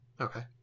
Okay